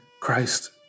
christ